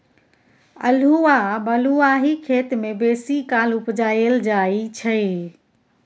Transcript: अल्हुआ बलुआही खेत मे बेसीकाल उपजाएल जाइ छै